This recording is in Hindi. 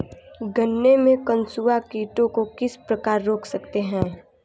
गन्ने में कंसुआ कीटों को किस प्रकार रोक सकते हैं?